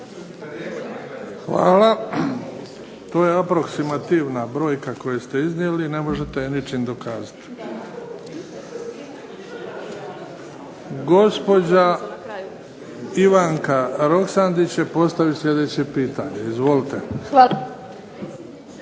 Hvala. To je aproksimativna brojka koju ste iznijeli i ne možete je ničim dokazati. Gospođa Ivanka Roksandić će postaviti sljedeće pitanje. Izvolite.